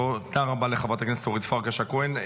תודה רבה לחברת הכנסת אורית פרקש הכהן.